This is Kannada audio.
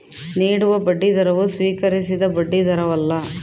ನೀಡುವ ಬಡ್ಡಿದರವು ಸ್ವೀಕರಿಸಿದ ಬಡ್ಡಿದರವಲ್ಲ